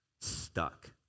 stuck